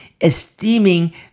esteeming